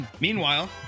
meanwhile